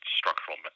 structural